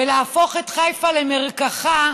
ולהפוך את חיפה למרקחה,